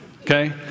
okay